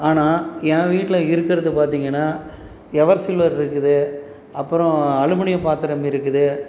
ஆனால் என் வீட்டில இருக்கிறது பார்த்தீங்கன்னா எவர்சில்வர் இருக்குது அப்பறம் அலுமினிய பாத்திரம் இருக்குது